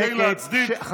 כדי להצדיק, שקט.